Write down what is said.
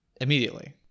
immediately